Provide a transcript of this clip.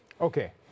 Okay